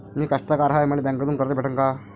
मी कास्तकार हाय, मले बँकेतून कर्ज भेटन का?